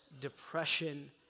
depression